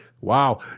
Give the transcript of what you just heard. wow